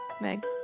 Meg